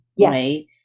right